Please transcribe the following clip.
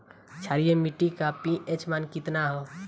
क्षारीय मीट्टी का पी.एच मान कितना ह?